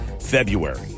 February